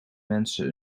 mensen